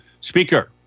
Speaker